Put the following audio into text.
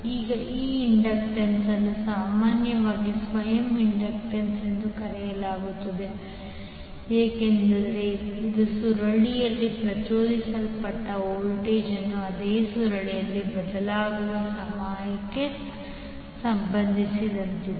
ಈಗ ಈ ಇಂಡಕ್ಟನ್ಸ್ ಅನ್ನು ಸಾಮಾನ್ಯವಾಗಿ ಸ್ವಯಂ ಇಂಡಕ್ಟನ್ಸ್ ಎಂದು ಕರೆಯಲಾಗುತ್ತದೆ ಏಕೆಂದರೆ ಇದು ಸುರುಳಿಯಲ್ಲಿ ಪ್ರಚೋದಿಸಲ್ಪಟ್ಟ ವೋಲ್ಟೇಜ್ ಅನ್ನು ಅದೇ ಸುರುಳಿಯಲ್ಲಿ ಬದಲಾಗುವ ಸಮಯಕ್ಕೆ ಸಂಬಂಧಿಸಿದೆ